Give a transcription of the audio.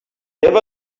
never